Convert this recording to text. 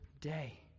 day